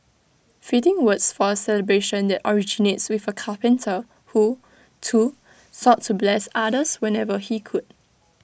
fitting words for A celebration that originates with A carpenter who too sought to bless others whenever he could